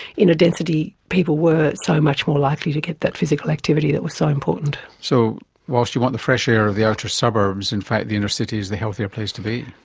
inner density people were so much more likely to get that physical activity that was so important. so whilst you want the fresh air of the outer suburbs, in fact the inner city is the healthier place to be.